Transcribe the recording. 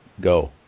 go